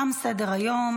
תם סדר-היום.